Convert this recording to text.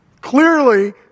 Clearly